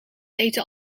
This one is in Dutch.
eten